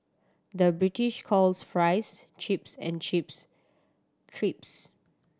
the British calls fries chips and chips crisps